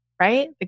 right